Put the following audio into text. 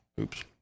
Oops